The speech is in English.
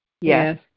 Yes